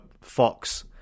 Fox